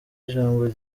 ijambo